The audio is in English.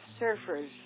surfers